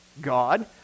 God